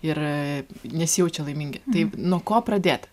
ir nesijaučia laimingi tai nuo ko pradėt